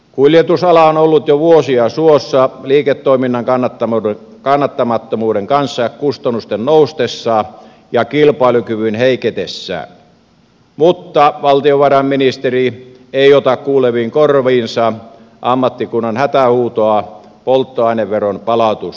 kuljetusala on ollut jo vuosia suossa liiketoiminnan kannattamattomuuden kanssa kustannusten noustessa ja kilpailukyvyn heiketessä mutta valtiovarainministeri ei ota kuuleviin korviinsa ammattikunnan hätähuutoa polttoaineveron palautusjärjestelmälle